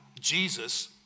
Jesus